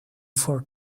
for